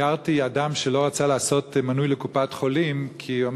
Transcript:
הכרתי אדם שלא רצה להיות מנוי בקופת-חולים כי הוא